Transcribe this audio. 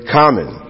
common